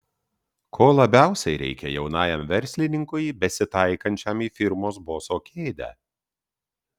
ko labiausiai reikia jaunajam verslininkui besitaikančiam į firmos boso kėdę